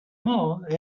more